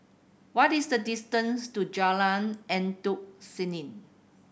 what is the distance to Jalan Endut Senin